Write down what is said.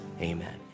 amen